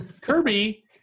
Kirby